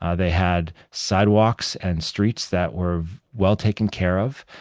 ah they had sidewalks and streets that were well taken care of.